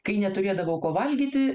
kai neturėdavau ko valgyti